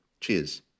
Cheers